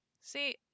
See